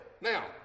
Now